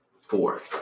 four